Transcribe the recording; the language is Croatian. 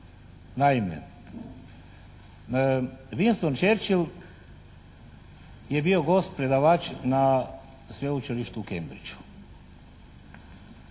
Naime, Winston Churchill je bio gost predavač na Sveučilištu u Cambridgeu.